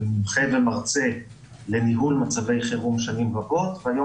אני מומחה ומרצה לניהול מצבי חירום שנים רבות והיום